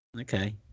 okay